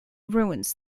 ruins